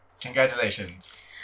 Congratulations